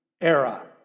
era